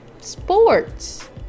sports